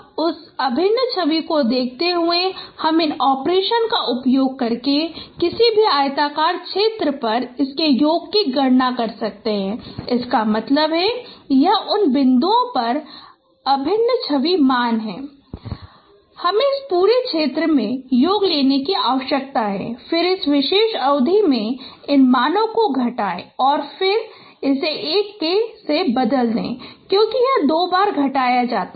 अब उस अभिन्न छवि को देखते हुए हम इन ऑपरेशन का उपयोग करके किसी भी आयताकार क्षेत्र पर योग की गणना कर सकते हैं इसका मतलब है यह इन बिंदुओं पर अभिन्न छवि मान है हमें इस पूरे क्षेत्र में योग लेने की आवश्यकता है और फिर इस विशेष अवधि में इन मानों को घटाएं और फिर इस एक को बदल दें क्योंकि यह दो बार घटाया जाता है